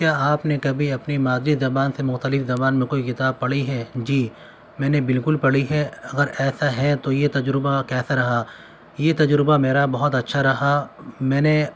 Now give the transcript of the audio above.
کیا آپ نے کبھی اپنی مادری زبان سے مختلف زبان میں کوئی کتاب پڑھی ہے جی میں نے بالکل پڑھی ہے اگر ایسا ہے تو یہ تجربہ کیسا رہا یہ تجربہ میرا بہت اچھا رہا میں نے